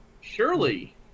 surely